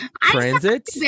transit